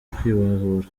kwibohora